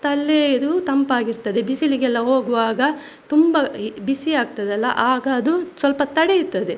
ತಲೆಯು ತಂಪಾಗಿರ್ತದೆ ಬಿಸಿಲಿಗೆಲ್ಲ ಹೋಗುವಾಗ ತುಂಬ ಬಿಸಿಯಾಗ್ತದಲ್ಲ ಆಗ ಅದು ಸ್ವಲ್ಪ ತಡೆಯುತ್ತದೆ